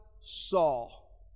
Saul